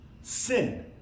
sin